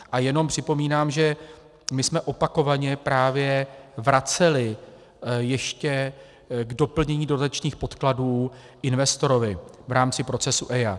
A jenom připomínám, že my jsme opakovaně právě vraceli ještě k doplnění dodatečných podkladů investorovi v rámci procesu EIA.